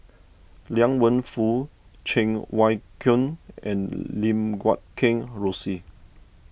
Liang Wenfu Cheng Wai Keung and Lim Guat Kheng Rosie